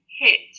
hit